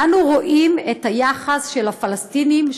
אנו רואים את היחס של הפלסטינים,